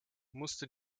musste